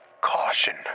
caution